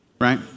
right